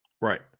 Right